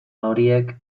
horiek